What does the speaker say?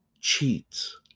cheats